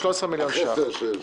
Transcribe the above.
13 מיליון שקלים.